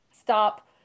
stop